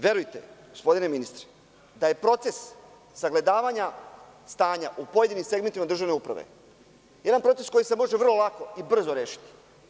Verujte, gospodine ministre, da je proces sagledavanja stanja u pojedinim segmentima državne uprave jedan proces koji se može vrlo lako i brzo rešiti.